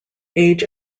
age